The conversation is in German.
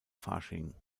fasching